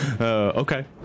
Okay